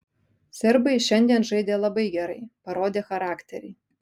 serbai šiandien žaidė labai gerai parodė charakterį